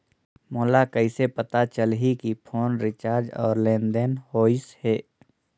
मोला कइसे पता चलही की फोन रिचार्ज और लेनदेन होइस हे?